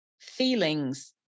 feelings